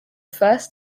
first